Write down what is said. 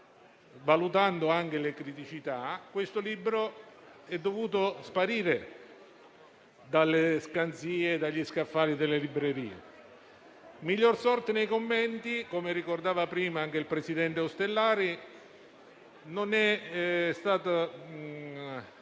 valutando anche le criticità; libro che è dovuto sparire dagli scaffali delle librerie. Miglior sorte nei commenti - come ricordava prima anche il presidente Ostellari - non è toccata